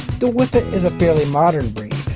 the whippet is a fairly modern breed,